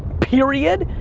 period,